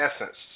essence